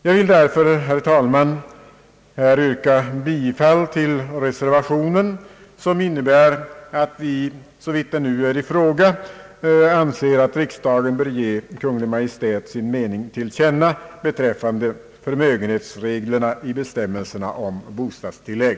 Jag ber därför, herr talman, att få yrka bifall till reservationen, som innebär att vi såvitt nu är i fråga anser att riksdagen bör ge Kungl. Maj:t sin mening till känna beträffande förmögenhetsreglerna i bestämmelserna om bostadstillägg.